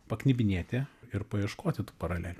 paknebinėti ir paieškoti tų paralelių